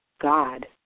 God